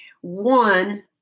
One